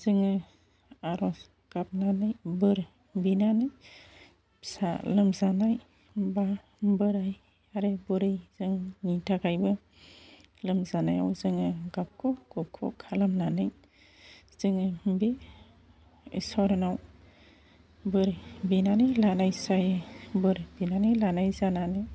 जोङो आर'ज गाबनानै बोर बिनानै फिसा लोमजानाय एबा बोराय आरो बुरै जोंनि थाखायबो लोमजानायाव जोङो गाबख' गुबख' खालामनानै जोङो बे इसोरनाव बोर बिनानै लानाय जायो बोर बिनानै लानाय जानानै